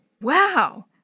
Wow